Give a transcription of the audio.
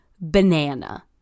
banana